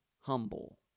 Humble